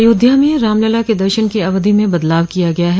अयोध्या में रामलला के दर्शन की अवधि में बदलाव किया गया है